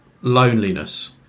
Loneliness